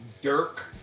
Dirk